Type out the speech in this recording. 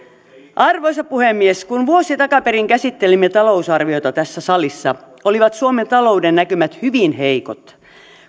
arvoisa puhemies kun vuosi takaperin käsittelimme talousarviota tässä salissa olivat suomen talouden näkymät hyvin heikot